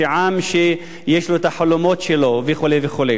עם שיש לו החלומות שלו וכו' וכו'.